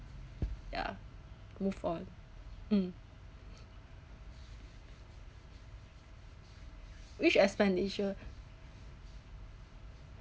ya move on mm which expenditure